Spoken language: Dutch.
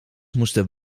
moesten